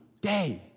day